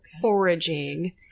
foraging